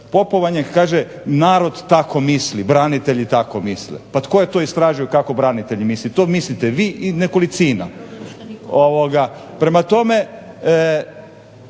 popovanje, kaže narod tako misli, branitelji tako misle. Pa tko je to istražio kako branitelji misle, to mislite vi i nekolicina. Prema tome,